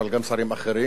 אבל גם שרים אחרים,